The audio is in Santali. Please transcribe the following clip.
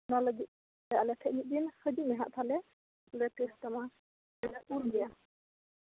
ᱚᱱᱟ ᱞᱟᱹᱜᱤᱫ ᱛᱮ ᱟᱞᱮ ᱴᱷᱮᱡ ᱢᱤᱫ ᱫᱤᱱ ᱦᱤᱡᱩᱜ ᱢᱮ ᱱᱟᱦᱟᱜ ᱛᱟᱦᱚᱞᱮ ᱟᱨ ᱞᱮ ᱴᱮᱥᱴ ᱛᱟᱢᱟ ᱚᱱᱟ ᱥᱩᱨ ᱜᱮᱭᱟ